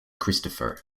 christopher